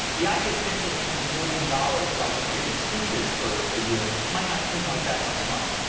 the idea of potentially making a million dollars by just giving speeches for a year might not seem like that much money.